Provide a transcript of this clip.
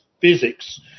physics